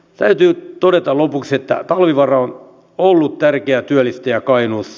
täytyy todeta lopuksi että talvivaara on ollut tärkeä työllistäjä kainuussa